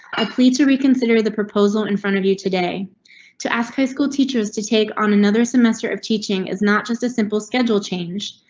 i plead to reconsider the proposal in front of you today to ask high school teachers to take on another semester of teaching is not just a simple schedule change.